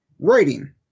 Writing